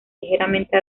ligeramente